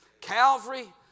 Calvary